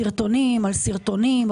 סרטונים על סרטונים,